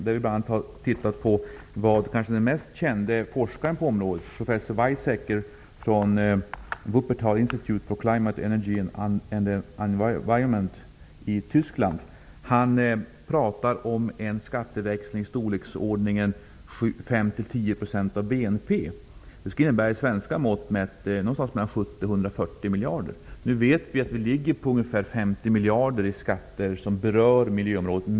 Vi har bl.a. tittat på vad den kanske mest kände forskaren på området, professor Energy and the Environment i Tyskland, har sagt. Han pratar om en skatteväxling i storleksordningen 5--10 % av BNP. Med svenska mått mätt skulle det innebära någonstans mellan 70 och 140 miljarder. Nu vet vi att vi har skatter på ungefär 50 miljarder som berör miljöområdet.